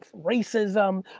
racism,